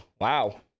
Wow